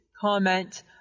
comment